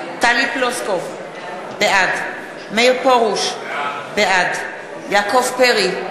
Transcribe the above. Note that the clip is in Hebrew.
טלי פלוסקוב, בעד מאיר פרוש, בעד יעקב פרי,